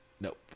Nope